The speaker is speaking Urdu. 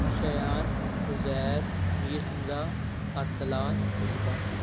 شایان عزیر امیر حمزہ ارسلان مصباح